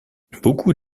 beaucoup